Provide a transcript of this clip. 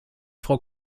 frau